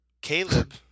Caleb